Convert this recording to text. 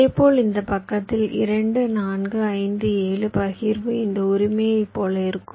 இதேபோல் இந்த பக்கத்தில் 2 4 5 7 பகிர்வு இந்த உரிமையைப் போல இருக்கும்